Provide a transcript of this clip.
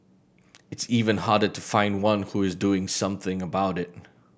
it's even harder to find one who is doing something about it